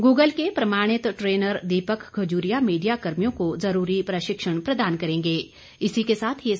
Google के प्रमाणित trainer Deepak Khajuria media कर्मियों को जरूरी प्रशिक्षण प्रदान करेंगे